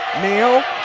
meehl